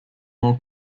more